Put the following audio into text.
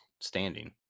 standing